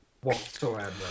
whatsoever